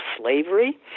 slavery